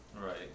Right